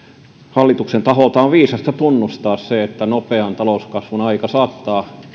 hallituksen taholta on viisasta tunnustaa se että nopean talouskasvun aika saattaa